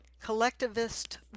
collectivist